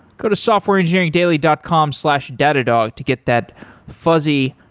go to softwareengineeringdaily dot com slash data dog to get that fuzzy,